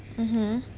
mmhmm